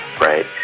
right